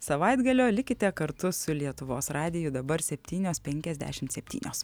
savaitgalio likite kartu su lietuvos radiju dabar septynios penkiasdešimt septynios